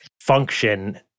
function